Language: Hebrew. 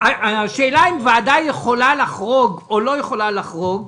השאלה אם ועדה יכולה לחרוג או לא יכולה לחרוג,